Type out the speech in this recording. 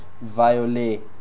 Violet